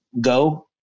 go